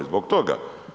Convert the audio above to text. Zbog toga.